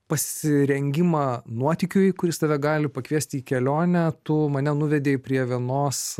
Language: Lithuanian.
pasirengimą nuotykiui kuris tave gali pakviesti į kelionę tu mane nuvedei prie vienos